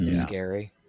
scary